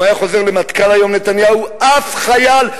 אם היה חוזר למטכ"ל היום, נתניהו, אף חייל,